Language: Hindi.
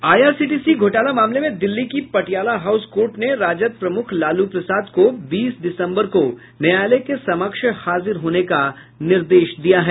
आई आर सी टी सी घोटाला मामले में दिल्ली की पटियाला हाउस कोर्ट ने राजद प्रमुख लालू प्रसाद को बीस दिसम्बर को न्यायालय के समक्ष हाजिर होने का निर्देश दिया है